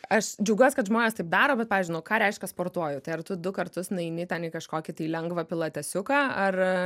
aš džiaugiuos kad žmonės taip daro bet pavyzdžiui nu ką reiškia sportuoju tai ar tu du kartus nueini ten į kažkokį tai lengva pilatesiuką ar